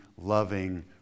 loving